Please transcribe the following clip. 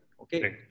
Okay